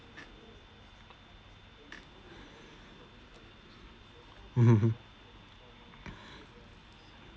mmhmm hmm